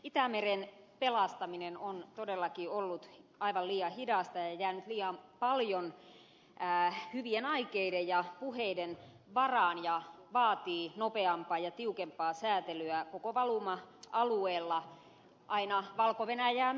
itämeren pelastaminen on todellakin ollut aivan liian hidasta ja jäänyt liian paljon hyvien aikeiden ja puheiden varaan ja vaatii nopeampaa ja tiukempaa säätelyä koko valuma alueella aina valko venäjää myöten